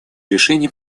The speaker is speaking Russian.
решений